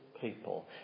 people